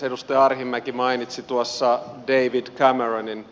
edustaja arhinmäki mainitsi tuossa david cameronin